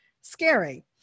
scary